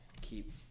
Keep